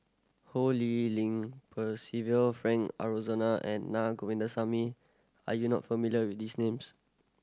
Ho Lee Ling Percival Frank Aroozoo and Naa Govindasamy are you not familiar with these names